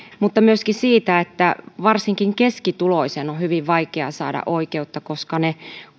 mutta myöskin siitä että varsinkin keskituloisen on hyvin vaikea saada oikeutta koska ne